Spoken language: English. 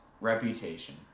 Reputation